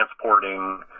transporting